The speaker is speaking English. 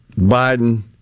Biden